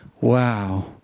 Wow